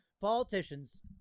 politicians